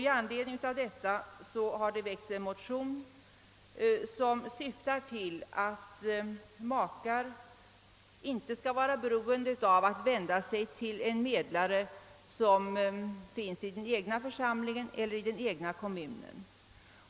I anledning därav har väckts en motion som syftar till att makar inte nödvändigtvis skall behöva vända sig till en medlare i den egna församlingen eller i den egna kommunen.